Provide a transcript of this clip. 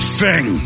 sing